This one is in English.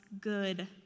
good